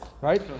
Right